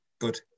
Good